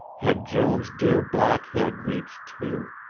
had joan's dear black head reached too.